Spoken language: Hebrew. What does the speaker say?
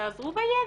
תעזרו בידע.